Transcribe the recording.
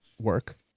work